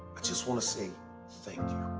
i just want to say thank you.